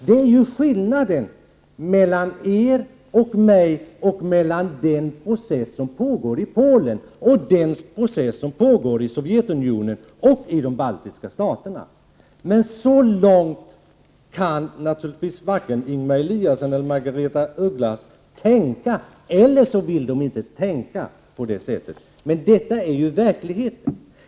Det är alltså skillnaden dels mellan er och min uppfattning, dels mellan den process som pågår i Polen och den process som pågår i Sovjetunionen och de baltiska staterna. Men så långt kan naturligtvis varken Ingemar Eliasson eller Prot. 1988/89:129 Margaretha af Ugglas tänka. Eller också vill ni inte tänka på det sättet. Detta 6 juni 1989 är dock verkligheten.